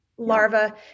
larva